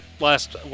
Last